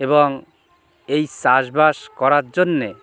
এবং এই চাষবাস করার জন্য